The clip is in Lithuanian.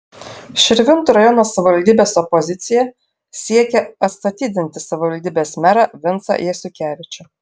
širvintų rajono savivaldybės opozicija siekia atstatydinti savivaldybės merą vincą jasiukevičių